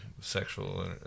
sexual